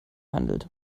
handelt